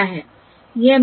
यह क्या है